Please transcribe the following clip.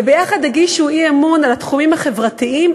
וביחד הגישו אי-אמון על התחומים החברתיים,